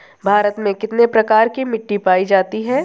भारत में कितने प्रकार की मिट्टी पाई जाती हैं?